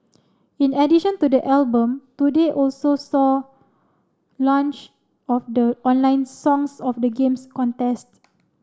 in addition to the album today also saw launch of the online Songs of the Games contest